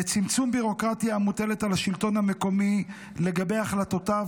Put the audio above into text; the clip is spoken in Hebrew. לצמצם ביורוקרטיה המוטלת על השלטון המקומי לגבי החלטותיו,